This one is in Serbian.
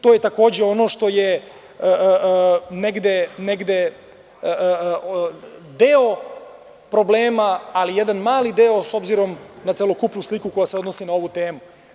To je takođe ono što je negde deo problema, ali jedan mali deo s obzirom na celokupnu sliku koja se odnosi na ovu temu.